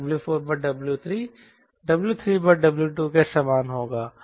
तो W5W3 W3W2 के समान होगा